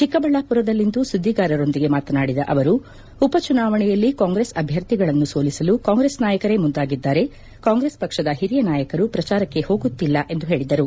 ಚಿಕ್ಕಬಳ್ಣಪುರದಲ್ಲಿಂದು ಸುದ್ಲಿಗಾರರೊಂದಿಗೆ ಮಾತನಾಡಿದ ಅವರು ಉಪ ಚುನಾವಣೆಯಲ್ಲಿ ಕಾಂಗ್ರೆಸ್ ಅಭ್ಯರ್ಥಿಗಳನ್ನು ಸೋಲಿಸಲು ಕಾಂಗ್ರೆಸ್ ನಾಯಕರ ಮುಂದಾಗಿದ್ದಾರೆ ಕಾಂಗ್ರೆಸ್ ಪಕ್ಷದ ಹಿರಿಯ ನಾಯಕರು ಪ್ರಚಾರಕ್ಷೆ ಹೋಗುತ್ತಿಲ್ಲ ಎಂದು ಹೇಳಿದರು